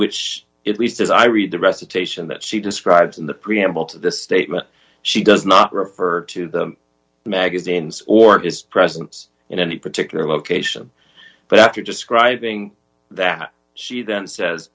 which it least as i read the recitation that she describes in the preamble to the statement she does not refer to the magazines or is presence in any particular location but after describing that she then says